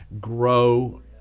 grow